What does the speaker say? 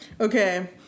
Okay